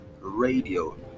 radio